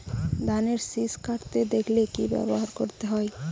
ধানের শিষ কাটতে দেখালে কি ব্যবহার করতে হয়?